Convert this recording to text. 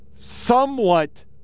somewhat